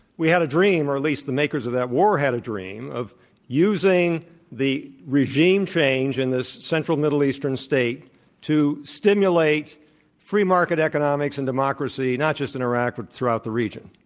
we had a dream, or at least the makers of that war had a dream of using the regime change in this central middle eastern state to stimulate free market economics and democracy, not just in iraq but throughout the region.